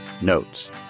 Notes